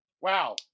Wow